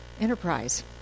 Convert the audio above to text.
enterprise